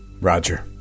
Roger